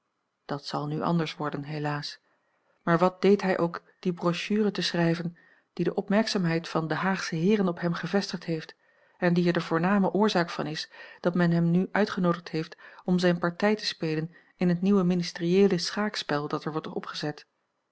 dat zal nu anders worden helaas maar wat deed hij ook die brochure te schrijven die de opmerkzaamheid van de haagsche heeren op hem gevestigd heeft en die er de voorname oorzaak van is dat men hem nu uitgenoodigd heeft om zijne partij te spelen in het nieuwe ministerieele schaakspel dat er wordt opgezet